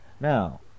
Now